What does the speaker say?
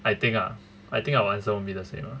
I think ah I think our answer won't be the same ah